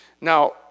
Now